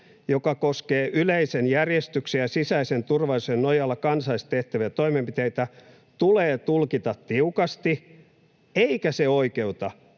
joka koskee yleisen järjestyksen ja sisäisen turvallisuuden nojalla kansallisesti tehtäviä toimenpiteitä, tulee tulkita tiukasti, eikä se oikeuta